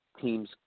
teams